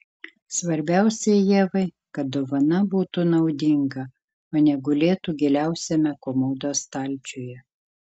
svarbiausia ievai kad dovana būtų naudinga o ne gulėtų giliausiame komodos stalčiuje